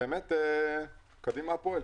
ובאמת, קדימה הפועל.